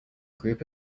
group